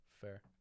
fair